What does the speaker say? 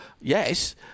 yes